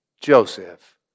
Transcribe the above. Joseph